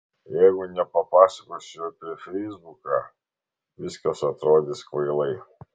jeigu nepapasakosiu apie feisbuką viskas atrodys kvailai